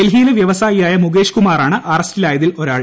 ഡൽഹിയിലെ വൃവസായിയായ മുകേഷ് കുമാറാണ് അറസ്റ്റിലായതിൽ ഒരാൾ